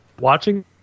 Watching